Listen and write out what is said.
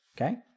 Okay